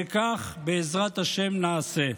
וכך, בעזרת השם, נעשה.